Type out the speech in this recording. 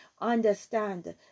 Understand